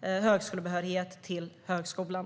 behörighet till högskolan.